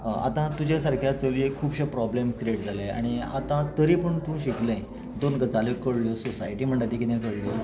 आतां तुज्या सारक्या चलयेक खुबशे प्रोबल्मस क्रिएट जाले आनी आतां तरी पूण तूं शिकलें दोन गजाल्यो कळ्ळ्यो सोसायटी म्हणटा ती कितें कळ्ळी